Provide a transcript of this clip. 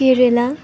Kerala